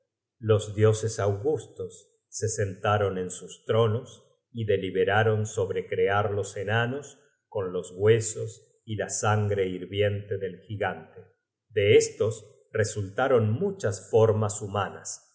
los dioses augustos se sentaron en sus tronos y deliberaron sobre crear los enanos con los huesos y la sangre hirviente del gigante de estos resultaron muchas formas humanas